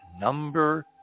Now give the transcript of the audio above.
number